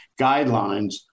guidelines